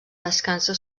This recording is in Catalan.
descansa